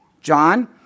John